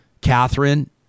Catherine